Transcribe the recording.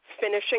finishing